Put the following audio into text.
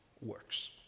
works